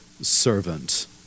servant